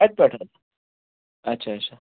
کَتہِ پیٹھ اچھا اچھا